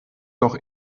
doch